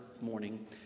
morning